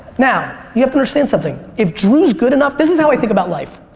now you have to understand something if drew is good enough, this is how i think about life,